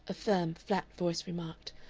a firm, flat voice remarked,